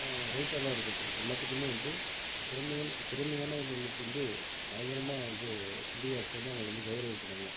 ரைட்டராக இருக்கட்டும் எல்லாத்துக்குமே வந்து திறமையான திறமையானவர்களுக்கு வந்து பயங்கரமாக வந்து இந்திய அரசு வந்து அவங்கள வந்து கௌரவிக்கிறாங்க